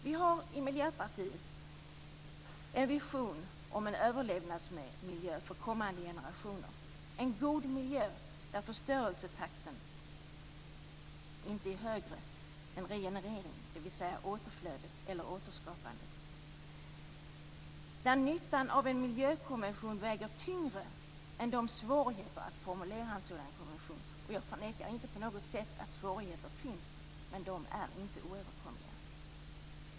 Vi har i Miljöpartiet en vision om en överlevnadsmiljö för kommande generationer: en god miljö där förstörelsetakten inte är högre än regenereringen, dvs. återflödet eller återskapandet, och där nyttan av en miljökonvention väger tyngre än eventuella svårigheter att formulera en sådan konvention. Jag förnekar inte på något sätt att svårigheter finns, men de är inte oöverkomliga.